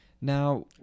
Now